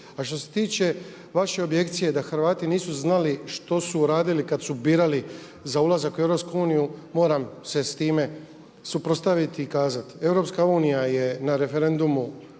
A što se tiče vaše objekcije da Hrvati nisu znali što su uradili kada su birali za ulazak u EU moram se sa time suprotstaviti i kazati EU je na referendumu